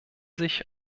sich